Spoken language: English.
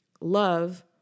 Love